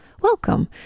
welcome